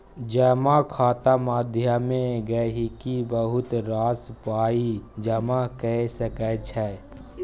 जमा खाता माध्यमे गहिंकी बहुत रास पाइ जमा कए सकै छै